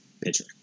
pitcher